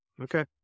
Okay